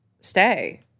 stay